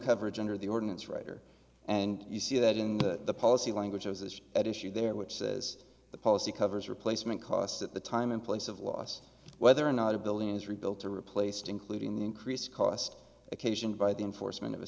coverage under the ordinance writer and you see that in the policy language as at issue there which says the policy covers replacement cost at the time and place of loss whether or not a building is rebuilt or replaced including the increased cost occasioned by the enforcement of a